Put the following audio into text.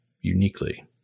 uniquely